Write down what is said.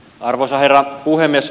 arvoisa herra puhemies